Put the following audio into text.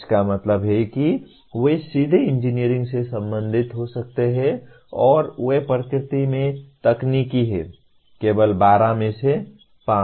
इसका मतलब है कि वे सीधे इंजीनियरिंग से संबंधित हो सकते हैं और वे प्रकृति में तकनीकी हैं केवल 12 में से 5